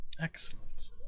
Excellent